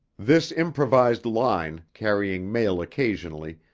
this improvised line, carrying mail occasionally,